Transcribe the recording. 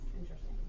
interesting